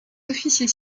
officiers